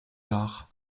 l’art